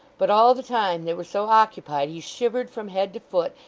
but all the time they were so occupied he shivered from head to foot,